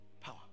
Power